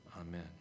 Amen